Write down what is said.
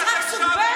את הקשבת פעם?